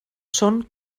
són